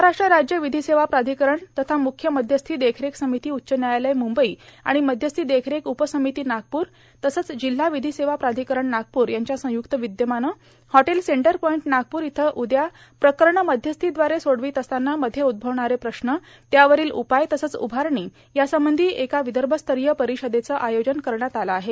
महाराष्ट्र राज्य विधी सेवा प्राधिकरण तथा मुख्य मध्यस्थी देखरेख र्सामती उच्च न्यायालय मुंबई आर्माण मध्यस्ती देखरेख उप र्सामती नागपूर आर्मण जिल्हा ांवधी सेवा प्राधिकरण नागपूर यांच्या संयुक्त विद्यमानं हॉटेल सटर पोईंट नागपूर इथं उद्या प्रकरणे मध्यस्थीदवारे सोर्डावत असताना मध्ये उद्भवणारे प्रश्न त्यावरांल उपाय तसंच उभारणी यासंबंधी एका विदभस्तरोय परोषदेचं आयोजन करण्यात आलेलं आहे